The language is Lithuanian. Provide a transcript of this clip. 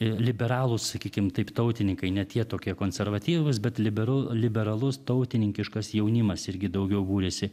liberalūs sakykim taip tautininkai ne tie tokie konservatyvūs bet liberalus liberalus tautininkiškas jaunimas irgi daugiau būrėsi